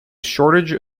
shortage